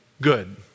good